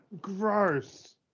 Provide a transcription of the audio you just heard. Gross